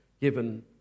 given